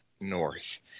North